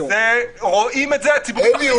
רואים את זה --- אלי,